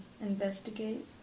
investigate